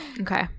Okay